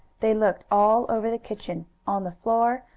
they looked all over the kitchen on the floor,